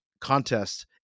contest